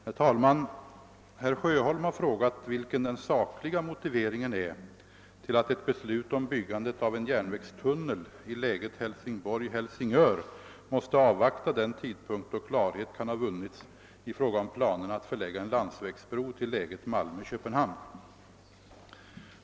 Herr talman! Herr Sjöholm har frågat vilken den sakliga motiveringen är till att ett beslut om byggandet av en järnvägstunnel i läget Hälsingborg—Helsingör måste avvakta den tidpunkt då klarhet kan ha vunnits i fråga om planerna att förlägga en landsvägsbro till läget Malmö—Köpenhamn.